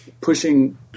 pushing